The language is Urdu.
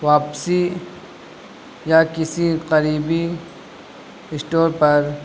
واپسی یا کسی قریبی اسٹور پر